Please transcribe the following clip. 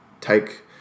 take